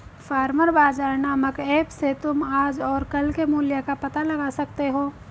farmer Bazaar नामक app से तुम आज और कल के मूल्य का पता लगा सकते हो